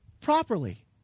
properly